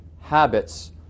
habits